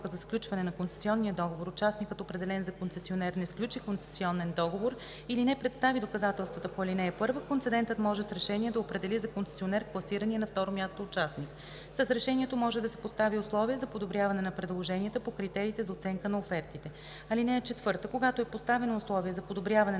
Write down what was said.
за сключване на концесионния договор участникът, определен за концесионер, не сключи концесионен договор или не представи доказателствата по ал. 1, концедентът може с решение да определи за концесионер класирания на второ място участник. С решението може да се постави условие за подобряване на предложенията по критериите за оценка на офертите. (4) Когато е поставено условие за подобряване